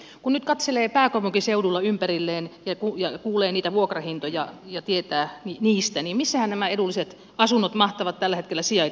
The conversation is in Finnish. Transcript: kun nyt katselee pääkaupunkiseudulla ympärilleen ja kuulee niitä vuokrahintoja ja tietää niistä niin missähän nämä edulliset asunnot mahtavat tällä hetkellä sijaita